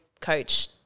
coach